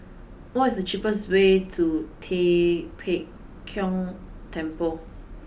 what is the cheapest way to Tua Pek Kong Temple